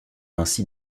ainsi